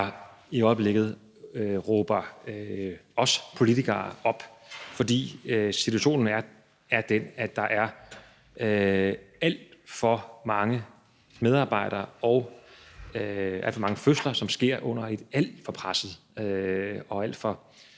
der i øjeblikket råber os politikere op, fordi situationen er den, at der er alt for mange pressede medarbejdere og alt for mange fødsler, som sker under alt for pressede vilkår